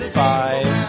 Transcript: five